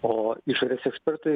o išorės ekspertais